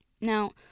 Now